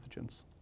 pathogens